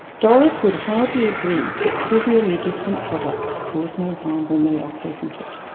doric would hardly agree that trivially different products cause no harm when they are patented.